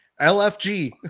LFG